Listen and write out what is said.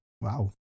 wow